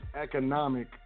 economic